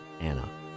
Anna